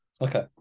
Okay